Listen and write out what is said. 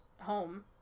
home